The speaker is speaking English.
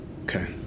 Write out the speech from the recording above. Okay